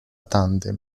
tandem